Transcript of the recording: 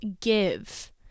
give